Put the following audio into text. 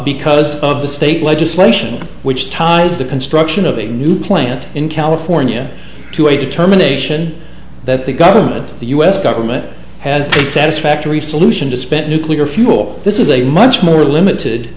because of the state legislation which ties the construction of a new plant in california to a determination that the government the u s government has a satisfactory solution to spent nuclear fuel this is a much more limited